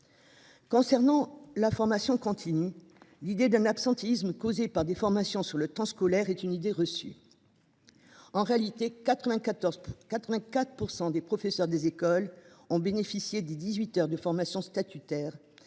concerne la formation continue, l’idée d’un absentéisme causé par la tenue de formations sur le temps scolaire est une idée reçue. En réalité, 84 % des professeurs des écoles ont uniquement bénéficié des dix huit heures de formation statutaire